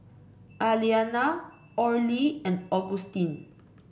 Aliana Orley and Augustin